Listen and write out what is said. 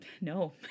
No